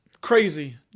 Crazy